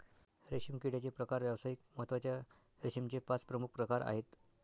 रेशीम किड्याचे प्रकार व्यावसायिक महत्त्वाच्या रेशीमचे पाच प्रमुख प्रकार आहेत